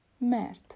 Mert